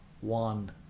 one